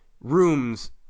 rooms